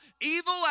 evil